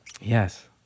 Yes